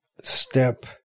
step